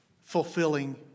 fulfilling